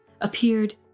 appeared